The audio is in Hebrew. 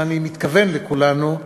ואני מתכוון לכולנו,